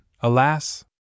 alas